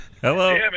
Hello